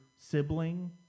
sibling